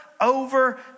over